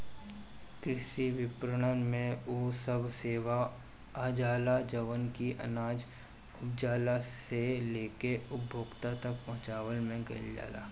कृषि विपणन में उ सब सेवा आजाला जवन की अनाज उपजला से लेके उपभोक्ता तक पहुंचवला में कईल जाला